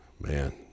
man